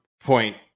point